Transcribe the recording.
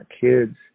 kids